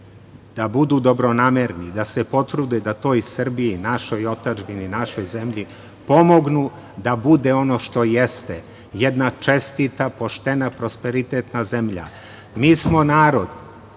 da budu dobronamerni, da se potrude da toj Srbiji, našoj otadžbini, našoj zemlji pomognu da bude ono što jeste, jedna čestita, poštena, prosperitetna zemlja. Mi smo narod